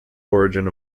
origin